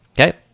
okay